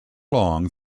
long